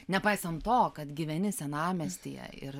nepaisant to kad gyveni senamiestyje ir